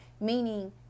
meaning